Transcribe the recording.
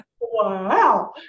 wow